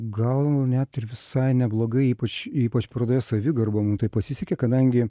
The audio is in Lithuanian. gal net ir visai neblogai ypač ypač parodoje savigarba mum taip pasisekė kadangi